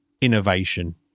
innovation